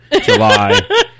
July